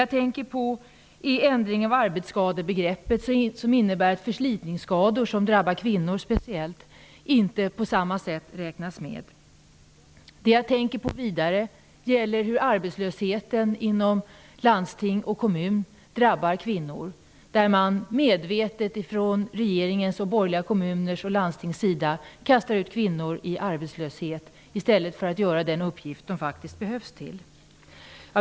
Jag tänker på ändringen av arbetsskadebegreppet som innebär att förslitningsskador som speciellt drabbar kvinnor inte räknas på samma sätt. Jag tänker vidare på hur arbetslösheten inom landsting och kommun drabbar kvinnor, där man medvetet ifrån regeringens och borgerliga kommuners och landstings sida kastar ut kvinnor i arbetslöshet i stället för att låta dem göra den uppgift de faktiskt behövs till.